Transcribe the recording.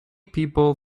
people